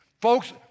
Folks